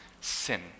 sin